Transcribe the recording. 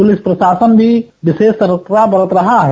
police प्रशासन भी विशेष सतर्कता बरत रहा है